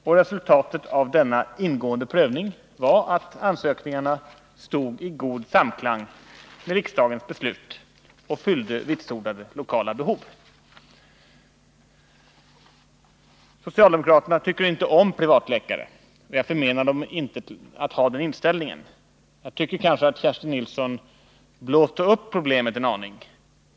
Och resultatet av denna ingående prövning var att ansökningarna stod i god samklang med riksdagens beslut och fyllde vitsordade lokala behov. Socialdemokraterna tycker inte om privatläkare, och jag förmenar dem inte rätten att ha den inställningen. Kerstin Nilsson blåste kanske upp problemet en aning.